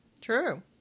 True